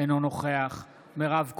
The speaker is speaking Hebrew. אינו נוכח מירב כהן,